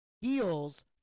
Heels